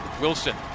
Wilson